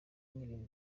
n’ibintu